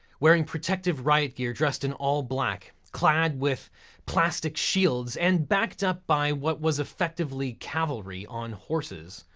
wearing protective riot gear dressed in all black, clad with plastic shields and backed up by what was effectively cavalry on horses,